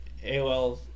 AOL